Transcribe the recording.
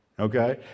okay